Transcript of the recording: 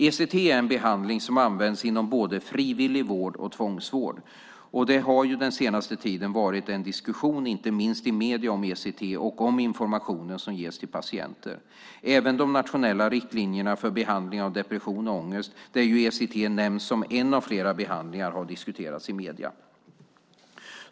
ECT är en behandling som används inom både frivillig vård och tvångsvård, och det har ju den senaste tiden varit en diskussion inte minst i medierna om ECT och om informationen som ges till patienter. Även de nationella riktlinjerna för behandling av depression och ångest, där ju ECT nämns som en av flera behandlingar, har diskuterats i medierna.